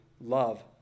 love